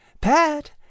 Pat